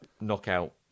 knockout